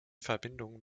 verbindung